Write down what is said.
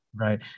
Right